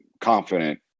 confident